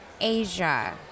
Asia